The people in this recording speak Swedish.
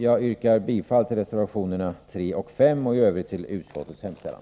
Jag yrkar bifall till reservationerna 3 och 5 och i övrigt till utskottets hemställan.